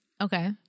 Okay